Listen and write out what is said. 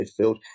midfield